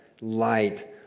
light